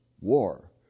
war